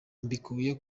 mbikuye